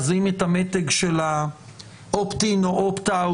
אז המתג של Opt-in או Opt-out,